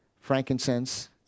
frankincense